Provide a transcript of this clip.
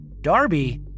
Darby